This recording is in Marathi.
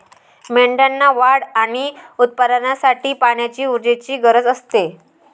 मेंढ्यांना वाढ आणि उत्पादनासाठी पाण्याची ऊर्जेची गरज असते